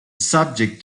subject